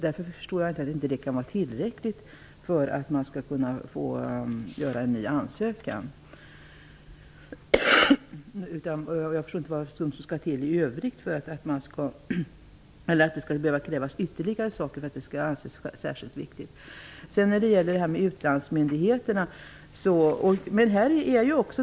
Jag förstår inte att det inte kan vara ett tillräckligt skäl för att man skall kunna få göra en ny ansökan. Jag förstår inte heller att det skall behövas ytterligare saker för att det skall anses föreligga synnerliga skäl.